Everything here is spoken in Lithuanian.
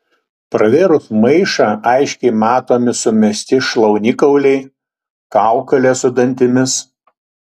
pravėrus maišą aiškiai matomi sumesti šlaunikauliai kaukolės su dantimis